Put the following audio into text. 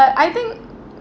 ~ut I think